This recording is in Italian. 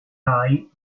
rai